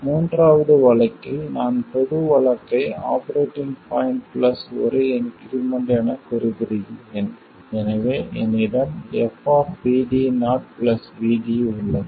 மூன்றாவது வழக்கில் நான் பொது வழக்கை ஆபரேட்டிங் பாய்ண்ட் பிளஸ் ஒரு இன்க்ரிமென்ட் என குறிப்பிடுகிறேன் எனவே என்னிடம் fVD0 vD உள்ளது